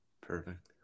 Perfect